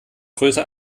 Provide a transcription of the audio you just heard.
größer